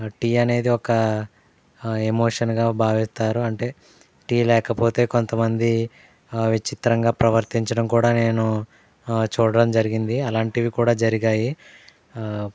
tea అనేది ఒక ఎమోషన్గా భావిస్తారు అంటే టీ లేకపోతే కొంతమంది విచిత్రంగా ప్రవర్తించడం కూడా నేను చూడడం జరిగింది అలాంటివి కూడా జరిగాయి